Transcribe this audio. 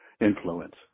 influence